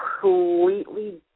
completely